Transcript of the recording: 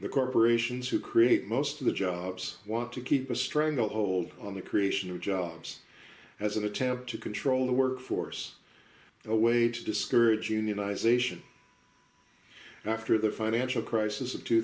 the corporations ready who create ready most of the jobs want to keep a stranglehold on the creation of jobs as an attempt to control the workforce a way to discourage unionize ation after the financial crisis of tw